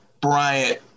Bryant